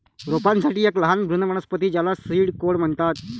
रोपांसाठी एक लहान भ्रूण वनस्पती ज्याला सीड कोट म्हणतात